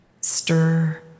stir